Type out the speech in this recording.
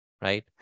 right